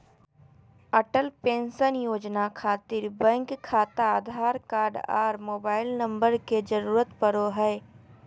Atal pension Yojana खातिर bank खाता Aadhaar card आर मोबाइल नम्बर के जरूरत परो हय